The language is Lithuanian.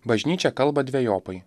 bažnyčia kalba dvejopai